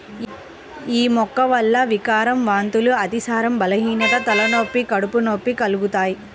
యీ మొక్క వల్ల వికారం, వాంతులు, అతిసారం, బలహీనత, తలనొప్పి, కడుపు నొప్పి కలుగుతయ్